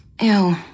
Ew